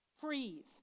freeze